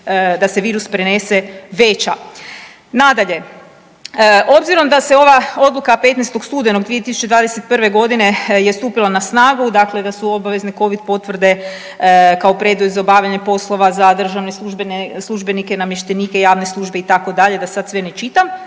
da se virus prenese veća. Nadalje, obzirom da se ova odluka 15. studenog 2021.g. je stupila na snagu, dakle da su obavezne covid potvrde kao preduvjet za obavljanje poslova za državne službenike i namještenike, javne službe itd. da sad sve ne čitam,